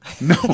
no